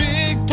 Big